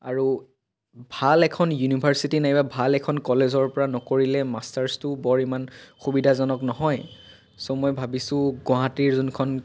আৰু ভাল এখন ইউনিভাৰ্চিটি নাইবা ভাল এখন কলেজৰ পৰা নকৰিলে মাষ্টাৰ্ছটোও বৰ ইমান সুবিধাজনক নহয় চ' মই ভাবিছোঁ গুৱাহাটীৰ যোনখন